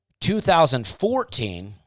2014